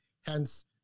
hence